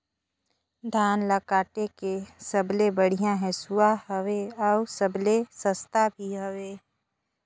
धान ल काटे के सबले बढ़िया हंसुवा हवये? अउ सबले सस्ता भी हवे?